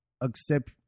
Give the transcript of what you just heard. accept